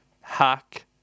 Hack